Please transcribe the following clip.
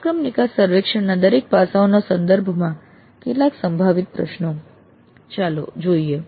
અભ્યાસક્રમ નિકાસ સર્વેક્ષણના દરેક પાસાઓના સંદર્ભમાં કેટલાક સંભવિત પ્રશ્નો ચાલો જોઈએ